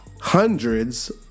hundreds